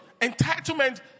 Entitlement